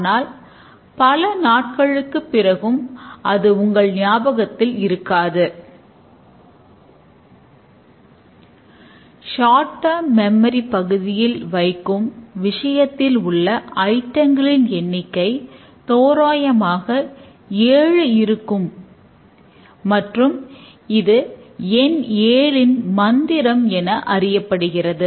ஆகவே இந்த சிஸ்டத்தில் உள்ள செயல்களின் மூலமாக எவ்வாறு தரவுகள் நகர்கின்றன என்பதை இது காண்பிக்கிறது